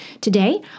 Today